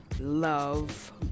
love